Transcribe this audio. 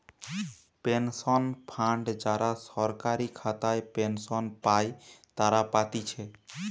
pension fund যারা সরকারি খাতায় পেনশন পাই তারা পাতিছে